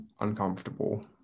uncomfortable